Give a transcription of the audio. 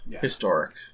historic